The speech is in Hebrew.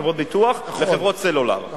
חברות ביטוח וחברות סלולר.